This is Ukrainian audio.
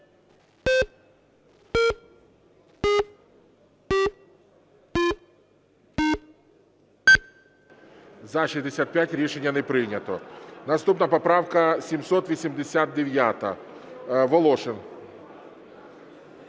За-65 Рішення не прийнято. Наступна поправка 789. Волошин.